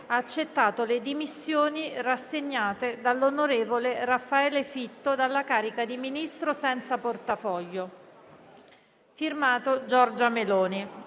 ha accettato le dimissioni rassegnate dall'on. Raffaele Fitto dalla carica di Ministro senza portafoglio. *F.to* Giorgia Meloni».